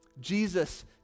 Jesus